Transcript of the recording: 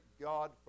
God